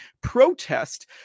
protest